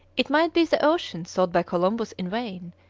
it might be the ocean sought by columbus in vain,